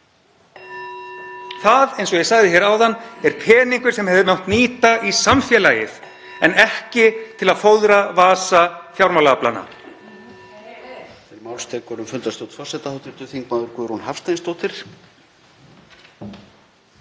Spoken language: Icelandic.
Það er, eins og ég sagði áðan, peningur sem hefði mátt nýta í samfélagið en ekki til að fóðra vasa fjármálaaflanna.